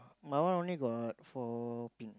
my one only got four pin